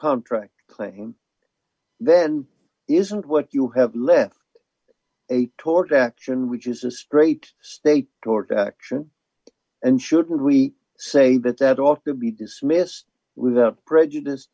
contract claim then isn't what you have left a tort action which is a straight state court action and shouldn't we say that that ought to be dismissed without prejudice